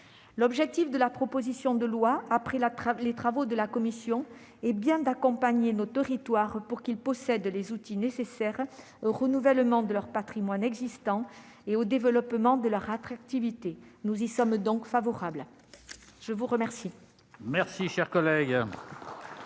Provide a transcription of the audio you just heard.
L'objectif de la proposition de loi telle qu'elle ressort des travaux de la commission est bien d'accompagner nos territoires pour qu'ils disposent des outils nécessaires au renouvellement de leur patrimoine existant et au développement de leur attractivité. Nous sommes donc favorables à ce texte. La parole est